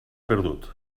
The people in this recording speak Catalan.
perdut